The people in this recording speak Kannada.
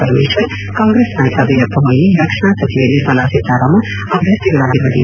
ಪರಮೇಶ್ಲರ್ ಕಾಂಗ್ರೆಸ್ ನಾಯಕ ವೀರಪ್ಪ ಮೊಯಿಲಿ ರಕ್ಷಣಾ ಸಚಿವೆ ನಿರ್ಮಲಾ ಸೀತಾರಾಮನ್ ಅಭ್ಯರ್ಥಿಗಳಾಗಿರುವ ದಿ